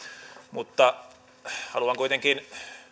mutta haluan kuitenkin